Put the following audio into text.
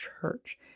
church